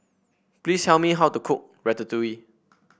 please tell me how to cook Ratatouille